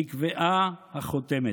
נקבעה החותמת".